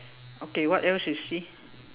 okay what else you see